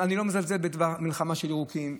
אני לא מזלזל במלחמה של הירוקים,